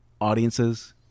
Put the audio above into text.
Audiences